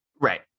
Right